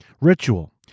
ritual